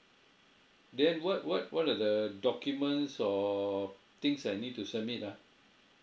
then what what what are the documents or things I need to submit ah